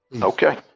Okay